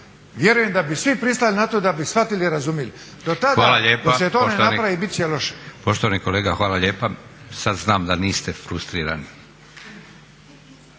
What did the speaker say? Vjerujem da bi svi pristali na to da bi shvatili, razumili. Do tada, dok se to ne napravi bit će loše.